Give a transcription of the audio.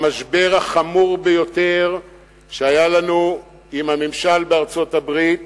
למשבר החמור ביותר שהיה לנו עם הממשל בארצות-הברית